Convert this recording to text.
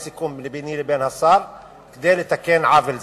יש סיכום ביני לבין השר כדי לתקן עוול זה.